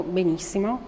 benissimo